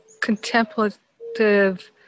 contemplative